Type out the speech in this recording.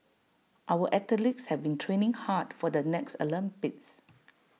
our athletes have been training hard for the next Olympics